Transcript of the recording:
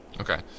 Okay